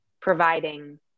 providing